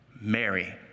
Mary